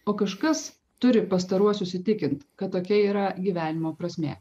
o kažkas turi pastaruosius įtikint kad tokia yra gyvenimo prasmė